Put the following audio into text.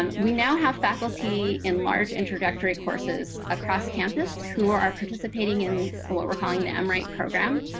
um we now have faculty in large introductory courses across campus who are are participating in what we're calling the mwrite program